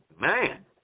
man